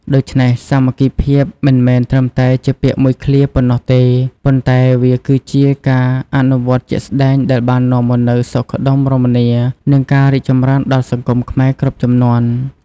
ដូច្នេះ សាមគ្គីភាពមិនមែនត្រឹមតែជាពាក្យមួយឃ្លាប៉ុណ្ណោះទេ ប៉ុន្តែវាគឺជាការអនុវត្តជាក់ស្តែងដែលបាននាំមកនូវសុខដុមរមនា និងការរីកចម្រើនដល់សង្គមខ្មែរគ្រប់ជំនាន់។